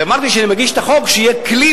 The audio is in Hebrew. אמרתי שאני מגיש את החוק כדי שיהיה כלי